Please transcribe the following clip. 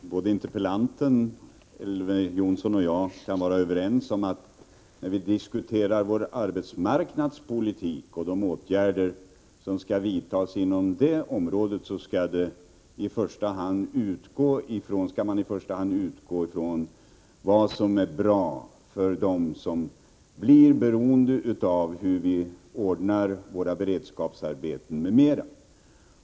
Fru talman! Jag utgår från att interpellanten, Elver Jonsson och jag kan vara överens om, att när vi diskuterar vår arbetsmarknadspolitik och de åtgärder som skall vidtas inom det området, skall vi i första hand utgå från vad som är bra för dem som blir beroende av hur vi ordnar våra beredskapsarbeten m.m.